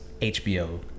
hbo